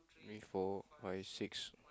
four five six